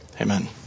Amen